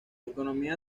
economía